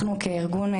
אנחנו כארגון,